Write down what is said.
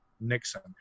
Nixon